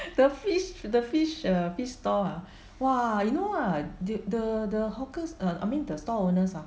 the fish the fish err fish stall ah !wah! you know what the the hawkers err I mean the stall owners ah